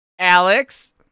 Alex